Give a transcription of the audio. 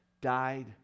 died